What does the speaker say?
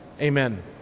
Amen